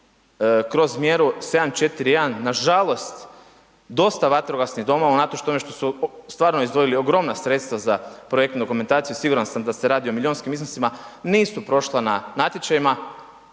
kroz mjeru 741 nažalost dosta vatrogasnih domova unatoč tome što su stvarno izdvojili ogromna sredstva za projektnu dokumentaciju, siguran sam da se radi o milijunskim iznosima, nisu prošla na natječajima,